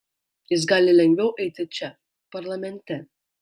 jis gali lengviau eiti čia parlamente